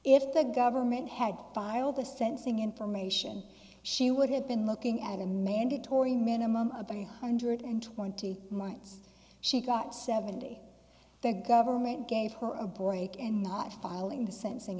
if the government had filed a sensing information she would have been looking at a mandatory minimum of three hundred and twenty months she got seventy the government gave her a break and not filing